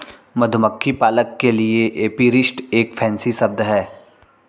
मधुमक्खी पालक के लिए एपीरिस्ट एक फैंसी शब्द है